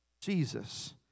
Jesus